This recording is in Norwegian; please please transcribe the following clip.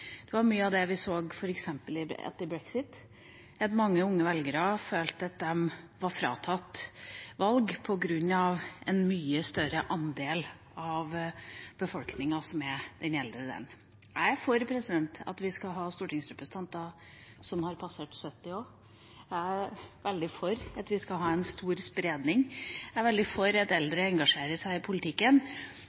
Det var mye av det vi så f.eks. etter brexit, at mange unge velgere følte at de var fratatt valg på grunn av at en mye større andel av befolkningen er eldre. Jeg er for at vi også skal ha stortingsrepresentanter som har passert 70. Jeg er veldig for at vi skal ha en stor spredning. Jeg er veldig for at eldre engasjerer seg i politikken,